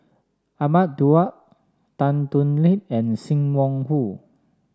Ahmad Daud Tan Thoon Lip and Sim Wong Hoo